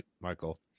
Michael